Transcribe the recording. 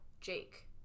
Jake